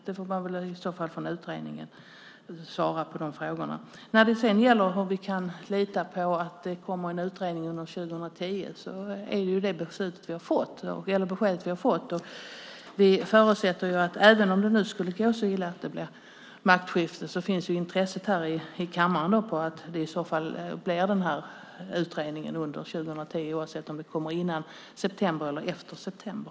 De frågorna får utredningen besvara. Hur kan vi lita på att det kommer en utredning 2010? Det är det besked vi har fått. Vi förutsätter att även om det går så illa att det blir maktskifte finns det intresse här i kammaren för att det blir en utredning 2010, oavsett om det blir före eller efter september.